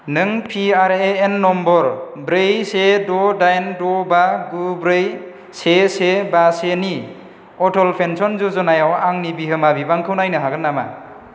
नों PRAN number ब्रै से द' डाइन द' बा गु ब्रै से से बा से नि अटल पेन्सन यज'नायाव आंनि बिहोमा बिबांखौ नायनो हागोन नामा